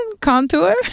contour